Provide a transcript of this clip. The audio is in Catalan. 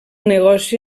negoci